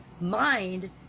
mind